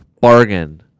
bargain